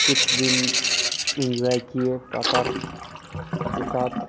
कुछ दिन इन्जॉय किए पापा के साथ